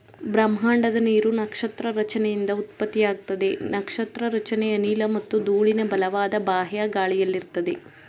ಬ್ರಹ್ಮಾಂಡದ ನೀರು ನಕ್ಷತ್ರ ರಚನೆಯಿಂದ ಉತ್ಪತ್ತಿಯಾಗ್ತದೆ ನಕ್ಷತ್ರ ರಚನೆ ಅನಿಲ ಮತ್ತು ಧೂಳಿನ ಬಲವಾದ ಬಾಹ್ಯ ಗಾಳಿಯಲ್ಲಿರ್ತದೆ